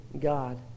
God